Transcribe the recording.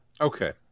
okay